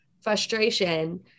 frustration